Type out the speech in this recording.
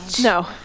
No